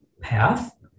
path